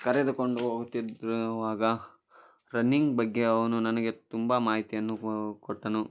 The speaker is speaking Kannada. ಕರೆದುಕೊಂಡು ಹೋಗುತಿದ್ದಿರುವಾಗ ರನ್ನಿಂಗ್ ಬಗ್ಗೆ ಅವನು ನನಗೆ ತುಂಬ ಮಾಹಿತಿಯನ್ನು ಕೋ ಕೊಟ್ಟನು